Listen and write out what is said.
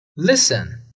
Listen